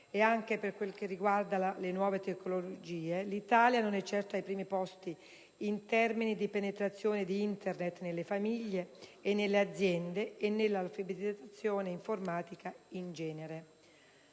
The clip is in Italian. anche per quanto riguarda le nuove tecnologie l'Italia non è certo ai primi posti in termini di penetrazione di Internet nelle famiglie e nelle aziende e nell'alfabetizzazione informatica in genere.